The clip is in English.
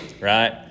right